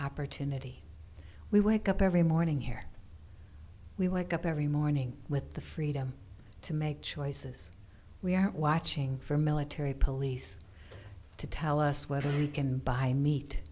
opportunity we wake up every morning here we wake up every morning with the freedom to make choices we are watching for military police to tell us whether you can buy meat